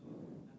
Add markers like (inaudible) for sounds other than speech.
(breath)